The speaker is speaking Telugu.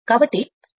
కాబట్టి ఇది 3